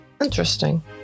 interesting